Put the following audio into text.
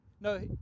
No